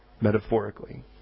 metaphorically